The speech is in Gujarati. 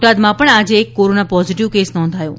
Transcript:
બોટાદમાં પણ આજે એક કોરોના પોઝીટીવ કેસ નોંધાયો છે